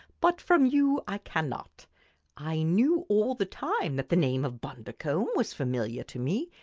but from you i cannot i knew all the time that the name of bundercombe was familiar to me,